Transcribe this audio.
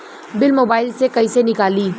Bill mobile से कईसे निकाली?